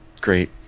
Great